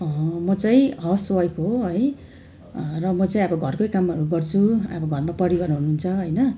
म चाहिँ housewife हो है र म चाहिँ अब घरकै कामहरू गर्छु अब घरमा परिवारहरू हुन्छ होइन